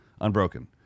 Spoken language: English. Unbroken